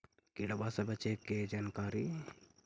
किड़बा से बचे के जानकारी?